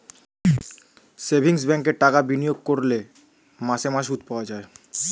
savings ব্যাঙ্কে টাকা বিনিয়োগ করলে মাসে মাসে সুদ পাওয়া যায়